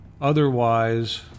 Otherwise